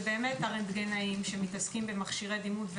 אלו הרנטגנאים שמתעסקים במכשירי דימות,